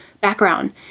background